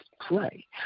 play